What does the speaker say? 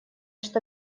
что